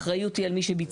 האחריות היא על מי שביצע,